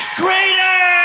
greater